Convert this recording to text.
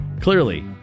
Clearly